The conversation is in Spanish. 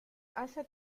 hace